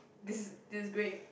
this is this is great